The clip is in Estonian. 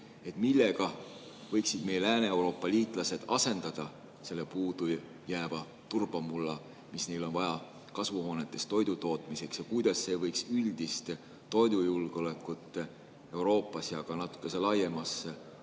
millega siis võiksid meie Lääne-Euroopa liitlased asendada selle puudujääva turbamulla, mida neil on vaja kasvuhoonetes toidutootmiseks, ja kuidas see võiks üldist toidujulgeolekut Euroopas ja ka natuke laiemas